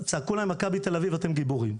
צעקו להם מכבי תל אביב, "אתם גיבורים",